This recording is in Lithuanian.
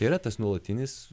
yra tas nuolatinis